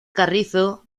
carrizo